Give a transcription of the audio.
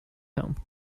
home